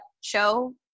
show